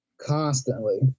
constantly